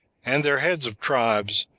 and their heads of tribes,